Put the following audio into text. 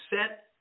set